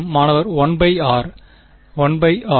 மாணவர் 1 by r 1 by R